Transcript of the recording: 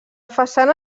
façana